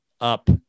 up